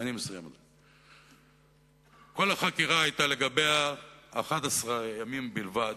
כל החקירה לגביה היתה 11 ימים בלבד.